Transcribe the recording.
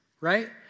right